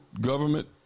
government